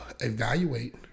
evaluate